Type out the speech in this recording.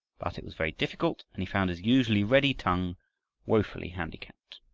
but it was very difficult, and he found his usually ready tongue wofully handicapped.